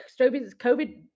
COVID